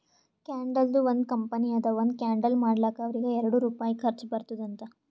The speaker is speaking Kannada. ಕ್ಯಾಂಡಲ್ದು ಒಂದ್ ಕಂಪನಿ ಅದಾ ಒಂದ್ ಕ್ಯಾಂಡಲ್ ಮಾಡ್ಲಕ್ ಅವ್ರಿಗ ಎರಡು ರುಪಾಯಿ ಖರ್ಚಾ ಬರ್ತುದ್ ಅಂತ್